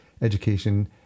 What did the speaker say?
education